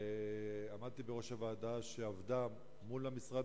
עמדתי בראש הוועדה שעבדה מול המשרד